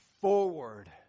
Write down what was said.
forward